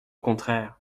contraire